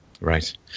Right